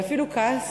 ואפילו כעס